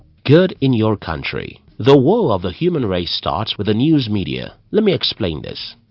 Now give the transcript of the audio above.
good in your country the woe of the human race starts with the news media. let me explain this.